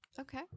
Okay